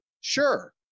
Sure